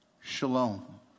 shalom